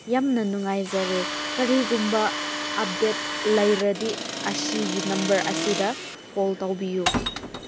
ꯌꯥꯝꯅ ꯅꯨꯡꯉꯥꯏꯖꯔꯦ ꯀꯔꯤꯒꯨꯝꯕ ꯑꯞꯗꯦꯠ ꯂꯩꯔꯗꯤ ꯑꯁꯤꯒꯤ ꯅꯝꯕꯔ ꯑꯁꯤꯗ ꯀꯣꯜ ꯇꯧꯕꯤꯌꯨ